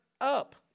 up